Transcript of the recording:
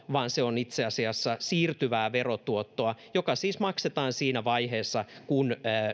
vaan se on itse asiassa siirtyvää verotuottoa joka siis maksetaan siinä vaiheessa kun